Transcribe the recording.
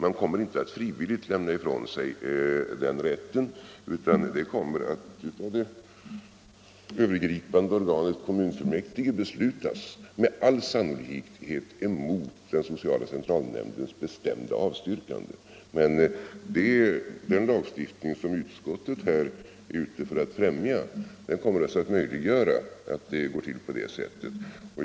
Man kommer inte att frivilligt lämna ifrån sig den rätten, utan det kommer att av det övergripande organet, kommunfullmäktige, beslutas — med all sannolikhet mot den sociala centralnämndens bestämda avstyrkande. Men den lagstiftning som utskottet här är ute för att främja kommer naturligtvis att möjliggöra att det går till på det sättet.